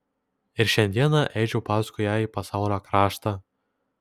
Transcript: ir šiandieną eičiau paskui ją į pasaulio kraštą